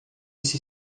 esse